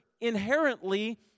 inherently